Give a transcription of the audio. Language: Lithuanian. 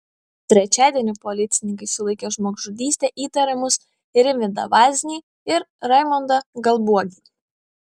trečiadienį policininkai sulaikė žmogžudyste įtariamus rimvydą vaznį ir raimondą galbuogį